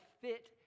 fit